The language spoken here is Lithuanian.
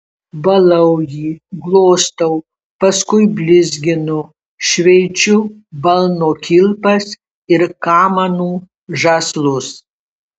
valau jį glostau paskui blizginu šveičiu balno kilpas ir kamanų žąslus